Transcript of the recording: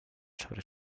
sobre